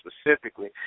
specifically